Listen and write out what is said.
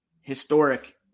historic